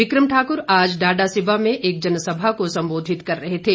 become Thakur आज डाडा सिबा में एक जनसभा को सम्बोधित कर रहे थे